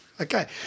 Okay